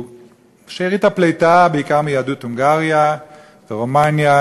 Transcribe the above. הוא שארית הפליטה בעיקר מיהדות הונגריה ורומניה,